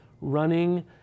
running